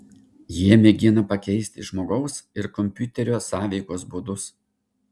jie mėgina pakeisti žmogaus ir kompiuterio sąveikos būdus